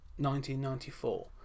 1994